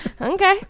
Okay